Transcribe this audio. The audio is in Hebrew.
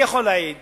אני יכול להעיד